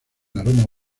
aroma